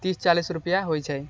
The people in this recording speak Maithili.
तीस चालिस रूपआ होइ छै